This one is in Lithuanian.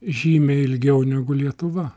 žymiai ilgiau negu lietuva